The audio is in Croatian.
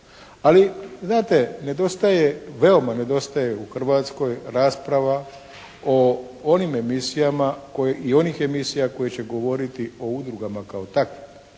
nedostaje, veoma nedostaje u Hrvatskoj rasprava o onim emisijama i onih emisija koje će govoriti o udrugama kao takvim.